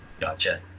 gotcha